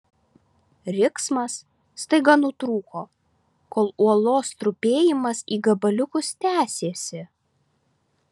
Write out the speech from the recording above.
riksmas staiga nutrūko kol uolos trupėjimas į gabaliukus tęsėsi